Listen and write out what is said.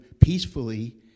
peacefully